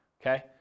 okay